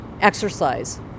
exercise